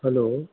hello